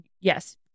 yes